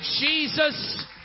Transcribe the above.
Jesus